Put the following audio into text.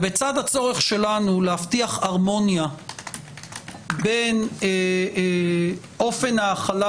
ובצד הצורך שלנו להבטיח הרמוניה בין אופן ההכלה